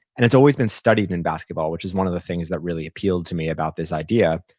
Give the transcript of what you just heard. and it's always been studied in basketball, which is one of the things that really appealed to me about this idea.